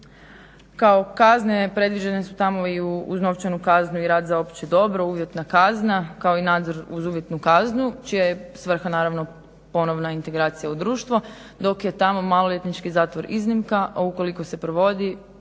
Kao kazne predviđene su tamo i uz novčanu kaznu i rad za opće dobro, uvjetna kazna kao i nadzor uz uvjetnu kaznu čija je svrha naravno ponovna integracija u društvo dok je tamo maloljetnički zatvor iznimka, a ukoliko se provodi